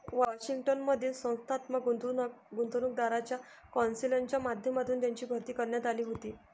Washington मधील संस्थात्मक गुंतवणूकदारांच्या कौन्सिलच्या माध्यमातून त्यांची भरती करण्यात आली होती